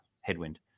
headwind